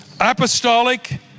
apostolic